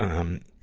um,